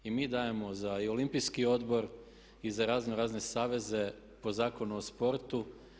I mi dajemo i za Olimpijski odbor i za raznorazne saveze po Zakonu o sportu.